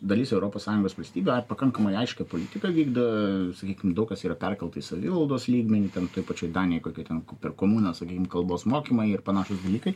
dalis europos sąjungos valstybių pakankamai aiškią politiką vykdo sakykim daug kas yra perkelta į savivaldos lygmenį ten toj pačioj danijoj kokioj ten per komuną sakykim kalbos mokymai ir panašūs dalykai